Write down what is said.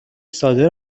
ساده